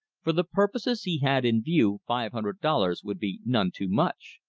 for the purposes he had in view five hundred dollars would be none too much.